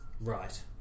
Right